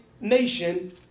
nation